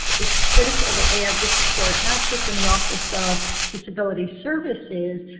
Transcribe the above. it's critical that they have the support not just in the office of disability services,